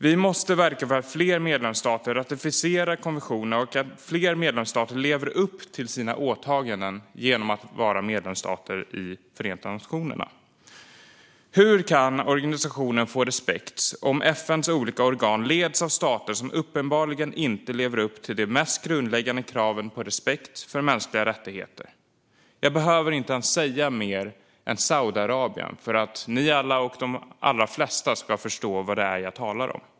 Vi måste verka för att fler medlemsstater ratificerar konventionerna och att fler medlemsstater lever upp till sina åtaganden som medlemsstater i Förenta nationerna. Hur kan organisationen få respekt om FN:s olika organ leds av stater som uppenbarligen inte lever upp till de mest grundläggande kraven på respekt för mänskliga rättigheter? Jag behöver inte ens säga mer än Saudiarabien för att ni alla och de allra flesta ska förstå vad det är jag talar om.